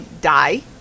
die